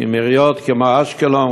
עם עיריות כמו אשקלון,